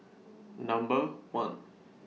Number one